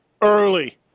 early